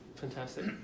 Fantastic